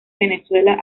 venezuela